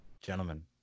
Gentlemen